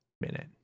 minute